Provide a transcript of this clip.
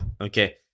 Okay